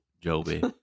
Joby